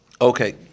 Okay